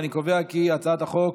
אני קובע כי הצעת החוק